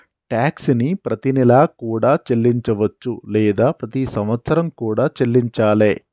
tax ని ప్రతినెలా కూడా చెల్లించవచ్చు లేదా ప్రతి సంవత్సరం కూడా చెల్లించాలే